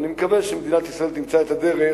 ואני מקווה שמדינת ישראל תמצא את הדרך